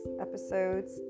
Episodes